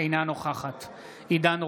אינה נוכחת עידן רול,